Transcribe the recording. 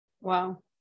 Wow